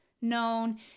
known